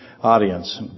audience